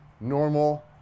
normal